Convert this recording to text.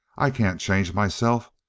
i can't change myself.